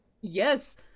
yes